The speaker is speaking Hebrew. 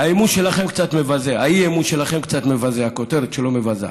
האי-אמון שלכם קצת מבזה, הכותרת שלו מבזה.